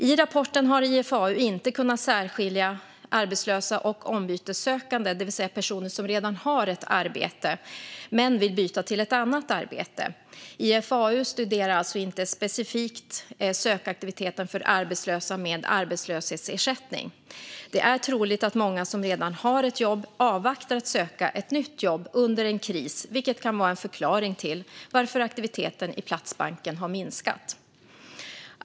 I rapporten har IFAU inte kunnat särskilja arbetslösa och ombytessökande, det vill säga personer som redan har ett arbete men vill byta till ett annat arbete. IFAU studerar alltså inte specifikt sökaktiviteten för arbetslösa med arbetslöshetsersättning. Det är troligt att många som redan har ett jobb avvaktar att söka ett nytt jobb under en kris, vilket kan vara en förklaring till varför aktiviteten i Platsbanken har minskat.